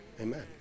amen